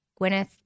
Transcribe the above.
Gwyneth